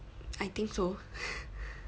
I think so